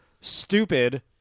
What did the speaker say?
stupid